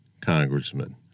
congressman